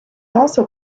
also